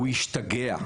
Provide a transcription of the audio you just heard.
הוא ישתגע,